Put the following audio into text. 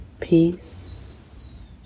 peace